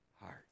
heart